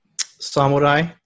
samurai